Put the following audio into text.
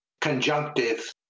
conjunctive